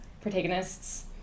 protagonists